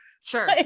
Sure